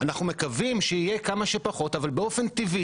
אנחנו מקווים שיהיו כמה שפחות, אבל באופן טבעי